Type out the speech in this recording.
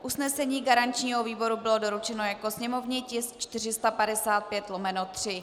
Usnesení garančního výboru bylo doručeno jako sněmovní tisk 455/3.